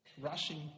rushing